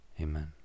Amen